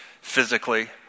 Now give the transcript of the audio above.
physically